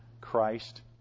Christ